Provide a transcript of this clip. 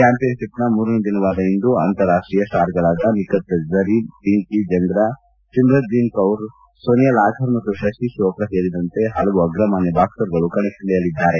champion ship ನ ಮೂರನೇ ದಿನವಾದ ಇಂದು ಅಂತಾರಾಷ್ಷೀಯ ಸ್ಲಾರ್ ಗಳಾದ ನಿಖತ್ ಝರಿನ್ ಪಿಂಕಿ ಜಂಗ್ರಾ ಸಿಮ್ರಂಜಿತ್ ಕೌರ್ ಸೋನಿಯಾ ಲಾಥರ್ ಮತ್ತು ಶತಿ ಜೋಪ್ರಾ ಸೇರಿದಂತೆ ಹಲವು ಅಗ್ರಮಾನ್ನ ಬಾಕ್ಸರ್ ಗಳು ಕಣಕ್ಕಿಳಿಯಲಿದ್ದಾರೆ